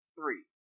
Three